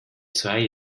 zwei